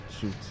shoot